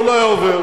הוא לא היה עובר.